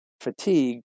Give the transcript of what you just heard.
fatigue